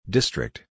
District